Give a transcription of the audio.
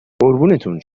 قربونتون